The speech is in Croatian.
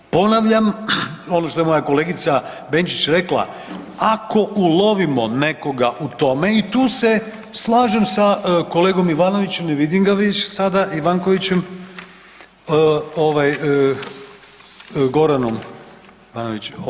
Ponavljam ono što je moja kolegica Benčić rekla, ako ulovimo nekoga u tome i tu se slažem sa kolegom Ivanovićem i vidim ga već sada Ivankovićem, ovaj Goranom Ivanović.